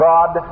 God